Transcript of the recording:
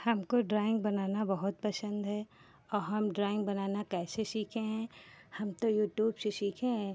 हमको ड्राइंग बनाना बहुत पसंद है और ड्राइंग बनाना कैसे सीखें हैं हम तो यूट्यूब से सीखें हैं